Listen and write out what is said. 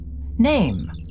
Name